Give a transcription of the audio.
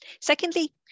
Secondly